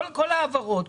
כל ההעברות,